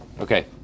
Okay